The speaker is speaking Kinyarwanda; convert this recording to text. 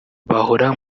bahora